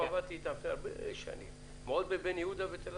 מדיונים קודמים וגם משיחות